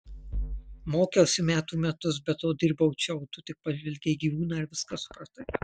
mokiausi metų metus be to dirbau čia o tu tik pažvelgei į gyvūną ir viską supratai